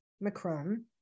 Macron